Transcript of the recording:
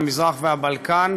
המזרח והבלקן,